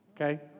Okay